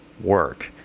work